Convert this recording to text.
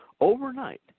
overnight